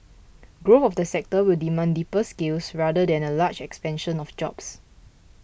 growth of the sector will demand deeper skills rather than a large expansion of jobs